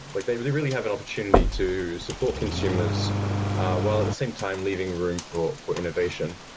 like they really really have an opportunity to support consumers while at the same time leaving room for for innovation.